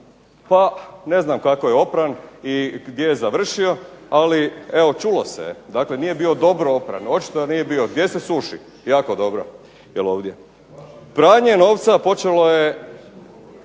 pa ne znam kako je opran i gdje je završio. Ali evo čulo se, dakle nije bio dobro opran, očito nije bio, gdje se suši, jako dobro. Pranje novca počelo je